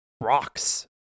Rocks